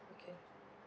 okay